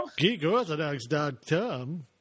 GeekOrthodox.com